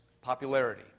popularity